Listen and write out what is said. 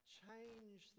change